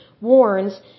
warns